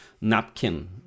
napkin